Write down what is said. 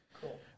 Cool